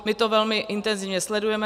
My to velmi intenzivně sledujeme.